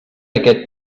aquest